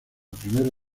primera